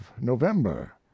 November